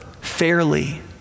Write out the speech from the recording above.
fairly